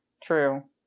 True